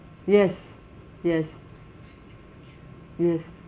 yes yes yes